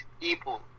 people